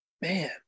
man